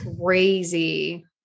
Crazy